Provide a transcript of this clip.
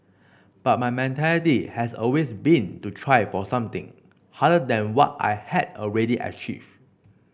but my mentality has always been to try for something harder than what I had already achieved